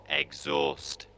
exhaust